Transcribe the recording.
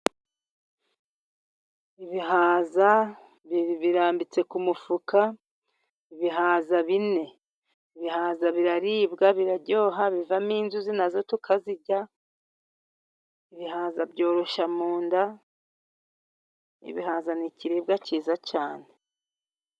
Ibihaza birambitse ku mufuka. Ibihaza bine, ibihaza biraribwa, biraryoha, bivamo inzuzi na zo tukazirya. Ibihaza byoroshya mu nda, ibihaza ni ikiribwa cyiza cyane.